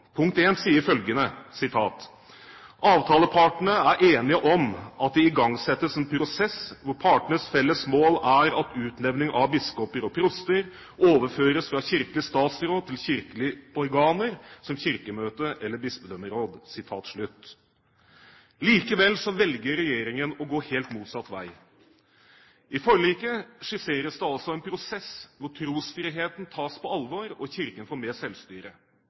Punkt 1 sier følgende: «Avtalepartene er enige om at det igangsettes en prosess hvor partenes felles mål er at utnevning av biskoper og proster overføres fra kirkelig statsråd til kirkelig organ som kirkemøte eller bispedømmeråd.» Likevel velger regjeringen å gå helt motsatt vei. I forliket skisseres det altså en prosess hvor trosfriheten tas på alvor, og Kirken får mer selvstyre.